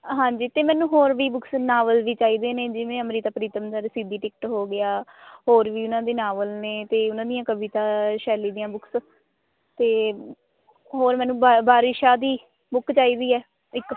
ਹਾਂਜੀ ਅਤੇ ਮੈਨੂੰ ਹੋਰ ਵੀ ਬੁੱਕਸ ਨਾਵਲ ਵੀ ਚਾਹੀਦੇ ਨੇ ਜਿਵੇਂਂ ਅੰਮ੍ਰਿਤਾ ਪ੍ਰੀਤਮ ਦਾ ਰਸੀਦੀ ਟਿਕਟ ਹੋ ਗਿਆ ਹੋਰ ਵੀ ਉਹਨਾਂ ਦੇ ਨਾਵਲ ਨੇ ਅਤੇ ਉਹਨਾਂ ਦੀਆਂ ਕਵਿਤਾ ਸ਼ੈਲੀ ਦੀਆਂ ਬੁੱਕਸ ਅਤੇ ਹੋਰ ਮੈਨੂੰ ਵਾ ਵਾਰਿਸ ਸ਼ਾਹ ਦੀ ਬੁੱਕ ਚਾਹੀਦੀ ਹੈ ਇੱਕ